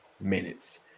minutes